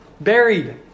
buried